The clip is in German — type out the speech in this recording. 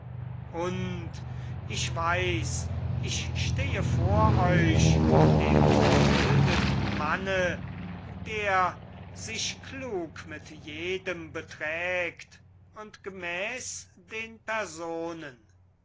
und ich weiß ich stehe vor euch dem gebildeten manne der sich klug mit jedem beträgt und gemäß den personen